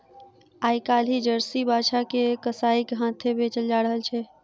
आइ काल्हि जर्सी बाछा के कसाइक हाथेँ बेचल जा रहल छै